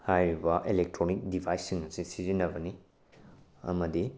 ꯍꯥꯏꯔꯤꯕ ꯑꯦꯂꯦꯛꯇ꯭ꯔꯣꯅꯤꯛ ꯗꯤꯚꯥꯏꯁꯁꯤꯡ ꯑꯁꯤ ꯁꯤꯖꯤꯟꯅꯕꯅꯤ ꯑꯃꯗꯤ